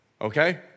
okay